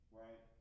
right